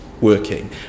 working